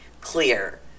clear